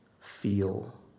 feel